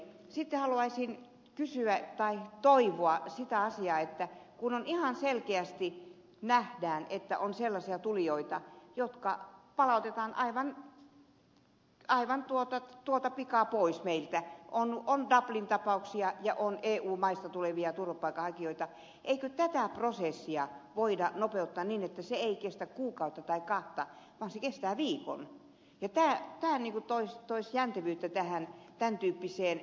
sitten haluaisin toivoa sitä asiaa että kun ihan selkeästi nähdään että on sellaisia tulijoita jotka palautetaan aivan tuota pikaa pois meiltä on dublin tapauksia ja on eu maista tulevia turvapaikanhakijoita niin eikö tätä prosessia voida nopeuttaa niin että se ei kestä kuukautta palkatta kausi kestää lihan pitää läänin tai kahta vaan se kestää viikon